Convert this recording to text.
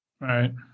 Right